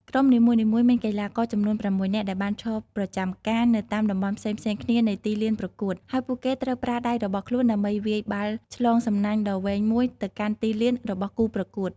ក្រុមនីមួយៗមានកីឡាករចំនួន៦នាក់ដែលបានឈរប្រចាំការនៅតាមតំបន់ផ្សេងៗគ្នានៃទីលានប្រកួត ហើយពួកគេត្រូវប្រើដៃរបស់ខ្លួនដើម្បីវាយបាល់ឆ្លងសំណាញ់ដ៏វែងមួយទៅកាន់ទីលានរបស់គូប្រកួត។